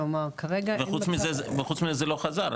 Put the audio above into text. וחוץ מזה שזה לא חזר,